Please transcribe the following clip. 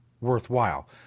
worthwhile